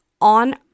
on